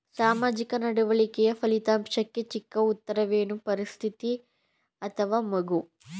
ಸಾಮಾಜಿಕ ನಡವಳಿಕೆಯ ಫಲಿತಾಂಶಕ್ಕೆ ಚಿಕ್ಕ ಉತ್ತರವೇನು? ಪರಿಸ್ಥಿತಿ ಅಥವಾ ಮಗು?